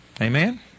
Amen